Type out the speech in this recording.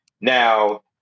Now